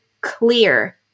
clear